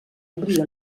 obrir